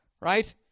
right